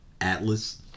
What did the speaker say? Atlas